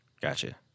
Gotcha